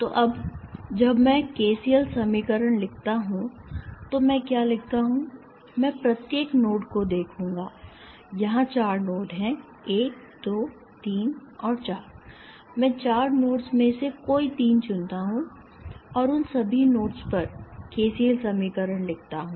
तो अब जब मैं केसीएल समीकरण लिखता हूं तो मैं क्या लिखता हूं मैं प्रत्येक नोड को देखूंगा यहां चार नोड हैं 1 2 3 और 4 मैं चार नोड्स में से कोई तीन चुनता हूं और उन सभी नोड्स पर केसीएल समीकरण लिखता हूं